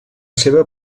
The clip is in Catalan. seva